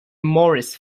morris